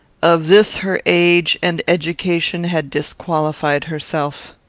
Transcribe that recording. of this her age and education had disqualified herself.